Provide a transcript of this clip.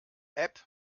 app